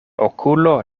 okulo